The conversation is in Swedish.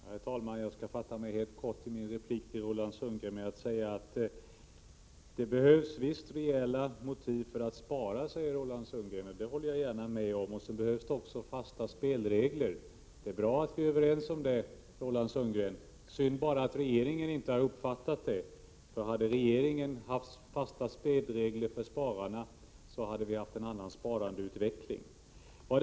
Herr talman! Jag skall fatta mig kort i min replik till Roland Sundgren. Han säger att det visst behövs rejäla motiv för att spara. Det håller jag gärna med om. Det behövs också fasta spelregler. Det är bra att vi är överens om detta, Roland Sundgren. Det är bara synd att regeringen inte har uppfattat detta. Hade regeringen haft fasta spelregler för spararna hade vi haft en annan utveckling på sparandet i dag.